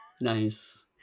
Nice